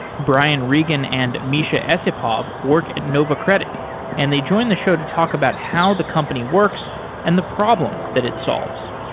brian regan and misha esipov work at nova credit and they join the show to talk about how the company works and the problem that it solves